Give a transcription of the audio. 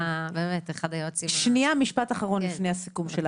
הוא באמץ אחד היועצים --- משפט אחרון לפני הסיכום שלך.